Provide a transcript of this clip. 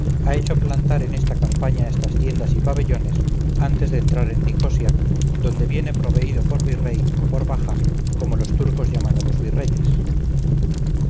ha hecho plantar en esta campaña estas tiendas y pabellones antes de entrar en nicosia donde viene proveído por virrey o por bajá como los turcos llaman a los virreyes